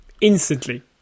Instantly